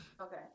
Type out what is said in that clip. Okay